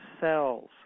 cells